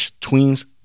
twins